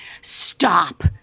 Stop